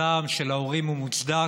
הזעם של ההורים הוא מוצדק